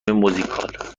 موزیکال